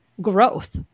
growth